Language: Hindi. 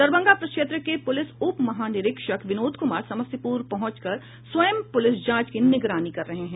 दरभंगा प्रक्षेत्र के पुलिस उपमहानिरीक्षक विनोद कुमार समस्तीपुर पहुंचकर स्वयं पुलिस जांच की निगरानी कर रहे हैं